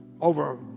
over